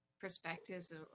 perspectives